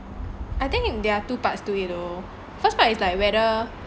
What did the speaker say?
I think if there are two parts to it though first part it's like whether